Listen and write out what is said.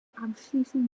abschließen